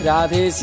Radhe